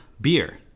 beer